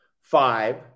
five